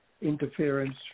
interference